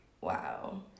wow